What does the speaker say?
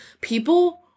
people